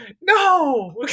no